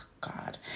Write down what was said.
God